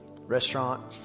restaurant